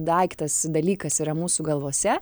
daiktas dalykas yra mūsų galvose